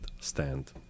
stand